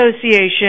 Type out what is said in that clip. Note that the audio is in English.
Association